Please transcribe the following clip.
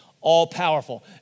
all-powerful